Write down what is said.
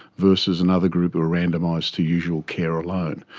versus another group who were randomised to usual care alone.